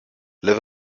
live